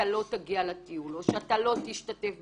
אתה לא תגיע לטיול או שאתה לא תשתתף